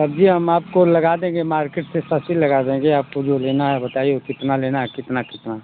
सब्जी हम आपको लगा देंगे मार्केट से सस्ती लगा देंगे आपको जो लेना है बताइए वो कितना लेना है कितना कितना